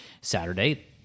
Saturday